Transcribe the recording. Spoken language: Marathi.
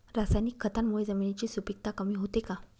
रासायनिक खतांमुळे जमिनीची सुपिकता कमी होते का?